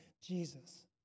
Jesus